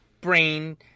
brain